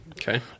Okay